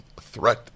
threat